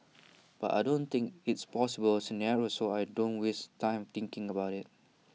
but I don't think it's A possible scenario so I don't waste time thinking about IT